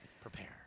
Prepare